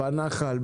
בנח"ל,